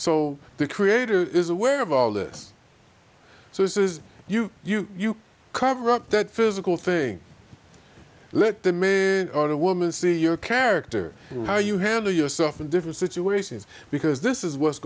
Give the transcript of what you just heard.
so the creator is aware of all this so this is you you you cover up that physical thing let the maid or the woman see your character how you handle yourself in different situations because this is what's